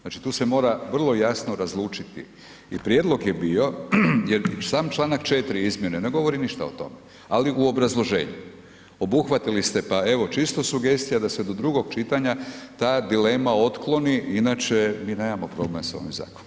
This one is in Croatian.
Znači, tu se mora vrlo jasno različiti i prijedlog je bio, jer i sam čl. 4. izmjene ne govori ništa o tome, ali u obrazloženju, obuhvatili ste, pa evo, čisto sugestija da se do drugog čitanja ta dilema otkloni inače mi nemamo problem s ovim zakonom.